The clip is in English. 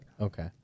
Okay